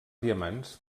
diamants